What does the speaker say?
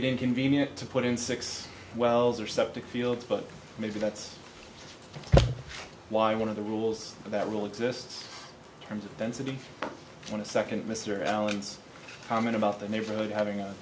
it inconvenient to put in six wells or septic fields but maybe that's why one of the rules that rule exists terms of density i want to second mr allen's comment about the neighborhood having